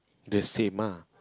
the same ah